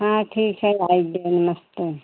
हाँ ठीक है आइए नमस्ते